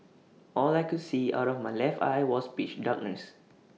all I could see out of my left eye was pitch darkness